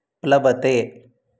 प्लवते